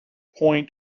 point